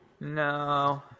No